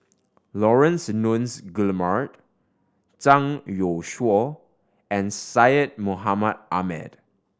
Laurence Nunns Guillemard Zhang Youshuo and Syed Mohamed Ahmed